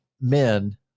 men